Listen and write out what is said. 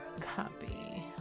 Copy